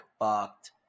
fucked